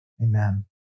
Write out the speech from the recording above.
Amen